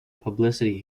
publicity